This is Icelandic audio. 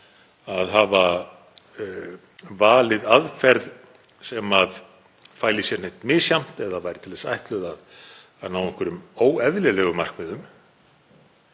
að hafa valið aðferð sem fæli í sér neitt misjafnt eða væri til þess ætluð að ná einhverjum óeðlilegum markmiðum.